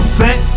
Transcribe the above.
back